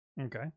Okay